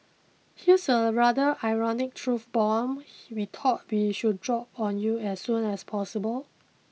here's a rather ironic truth bomb we thought we should drop on you as soon as possible